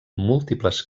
múltiples